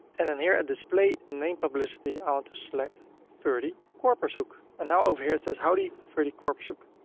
and then here at display name publicity i want to select ferdy korpershoek, and now over here it says, howdy, ferdy korpershoek.